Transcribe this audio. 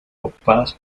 ocupadas